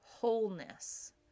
wholeness